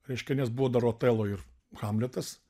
reiškia nes buvo dar otelo ir hamletas